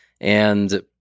And-